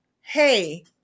Hey